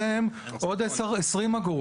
מענה לזה,